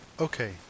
okay